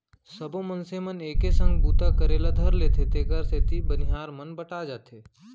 सबो मनखे मन एके संग बूता करे ल धर लेथें तेकर सेती बनिहार मन बँटा जाथें